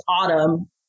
Autumn